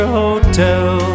hotel